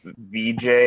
VJ